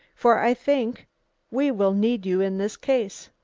for i think we will need you in this case.